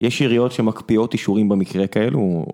יש עיריות שמקפיאות אישורים במקרה כאלו